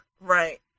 Right